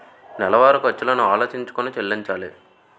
నెలవారి ఖర్చులను ఆలోచించుకొని చెల్లించాలి